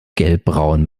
gelbbraun